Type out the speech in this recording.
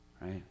Right